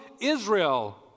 Israel